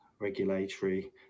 regulatory